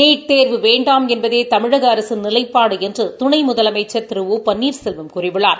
NEET தேர்வு வேண்டாம் என்பதே தமிழக அரசின் நிவைப்பாடு என்று துணை முதலமைச்சர் திரு ஒ பன்னீர்செல்வம் கூறியுள்ளார்